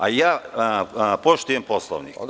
A ja poštujem Poslovnik.